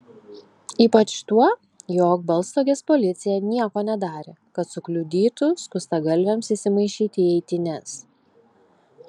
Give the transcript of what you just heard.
ypač tuo jog baltstogės policija nieko nedarė kad sukliudytų skustagalviams įsimaišyti į eitynes